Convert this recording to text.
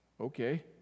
Okay